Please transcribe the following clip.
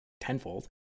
tenfold